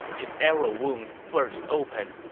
his arrow wound burst open,